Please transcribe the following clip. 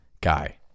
guy